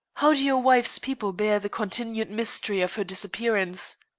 how do your wife's people bear the continued mystery of her disappearance?